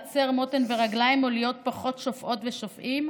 להצר מותן ורגליים או להיות פחות שופעות ושופעים.